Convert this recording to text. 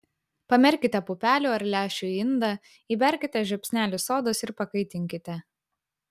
pamerkite pupelių ar lęšių į indą įberkite žiupsnelį sodos ir pakaitinkite